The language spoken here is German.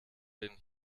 den